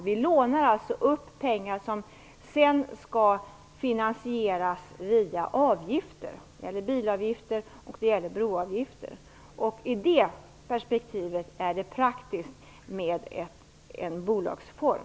Vi lånar pengar som sedan skall betalas tillbaka via bilavgifter och broavgifter. I det perspektivet är det praktiskt med en bolagsform.